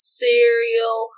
cereal